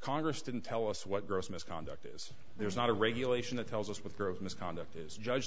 congress didn't tell us what gross misconduct is there's not a regulation that tells us what gross misconduct is judge